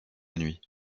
nuit